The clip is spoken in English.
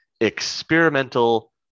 experimental